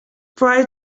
prior